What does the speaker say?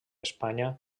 espanya